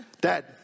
Dad